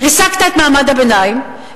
ריסקת את מעמד הביניים,